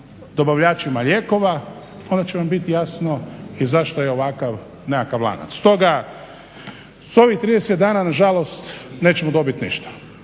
dobavljačima lijekova onda će nam biti jasno i zašto je ovakav nekakav lanac. Stoga s ovih 30 dana nažalost nećemo dobit ništa.